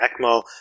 ECMO